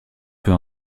peu